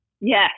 Yes